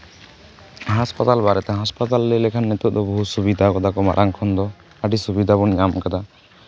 ᱦᱟᱥᱯᱟᱛᱟᱞ ᱵᱟᱨᱮᱛᱮ ᱦᱟᱥᱯᱟᱛᱟᱞ ᱞᱟᱹᱭ ᱞᱮᱠᱷᱟᱱ ᱱᱤᱛᱚᱜ ᱫᱚ ᱵᱚᱦᱩᱫ ᱥᱩᱵᱤᱫᱷᱟᱣ ᱠᱟᱫᱟ ᱠᱚ ᱢᱟᱲᱟᱝ ᱠᱷᱚᱱ ᱫᱚ ᱟᱹᱰᱤ ᱥᱩᱵᱤᱫᱷᱟ ᱵᱚᱱ ᱧᱟᱢ ᱠᱟᱫᱟ